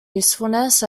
usefulness